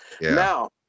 Now